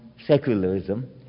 secularism